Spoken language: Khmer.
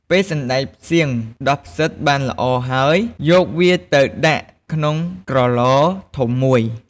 ពេលសណ្ដែកសៀងដុះផ្សិតបានល្អហើយ យកវាទៅដាក់ក្នុងក្រឡធំមួយ។